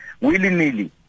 willy-nilly